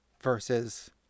versus